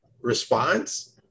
response